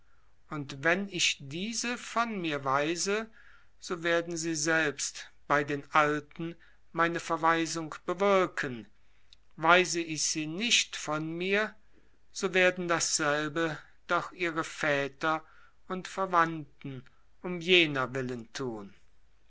und wenn ich diese von mir weise so werden sie selbst bei den alten meine verweisung bewirken weise ich sie nicht von mir so werden dasselbe doch ihre väter und verwandten um jener willen tun